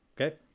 okay